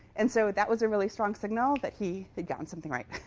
and so that was a really strong signal that he had gotten something right.